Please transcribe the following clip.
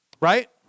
Right